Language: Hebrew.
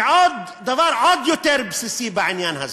ודבר עוד יותר בסיסי בעניין הזה: